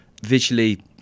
Visually